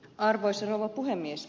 arvoisa rouva puhemies